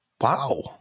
Wow